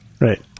Right